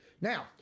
Now